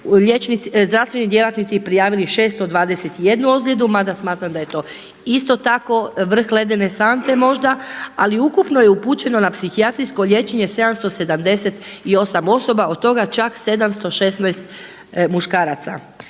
zdravstveni djelatnici prijavili 521 ozljedu mada smatram da je to isto tako vrh ledene sante možda. Ali ukupno je upućeno na psihijatrijsko liječenje 7778 osoba od toga čak 716 muškaraca.